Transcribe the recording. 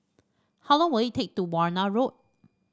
how long will it take to Warna Road